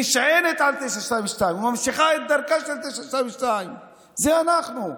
נשענת על 922 וממשיכה את דרכה של 922. זה אנחנו.